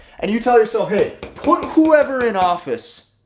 and you tell yourself hey, put whoever in office,